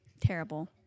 Terrible